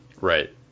Right